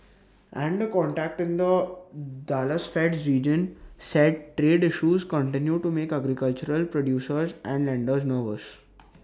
and A contact in the Dallas Fed's region said trade issues continue to make agricultural producers and lenders nervous